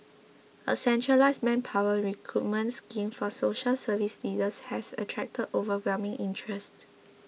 a centralised manpower recruitment scheme for social service leaders has attracted overwhelming interest